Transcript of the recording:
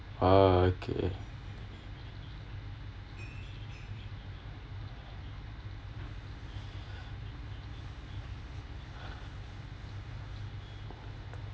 okay